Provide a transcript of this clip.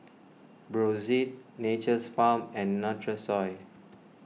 Brotzeit Nature's Farm and Nutrisoy